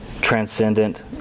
transcendent